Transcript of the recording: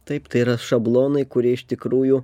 taip tai yra šablonai kurie iš tikrųjų